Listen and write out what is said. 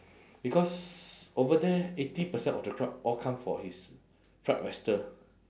because over there eighty percent of the crowd all come for his fried oyster